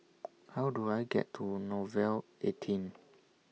How Do I get to Nouvel eighteen